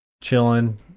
chilling